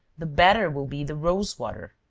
the better will be the rosewater.